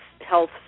health